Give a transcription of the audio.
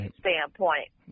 standpoint